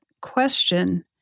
question